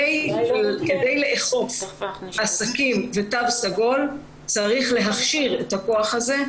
כדי לאכוף עסקים ותו סגול צריך להכשיר את הכוח הזה,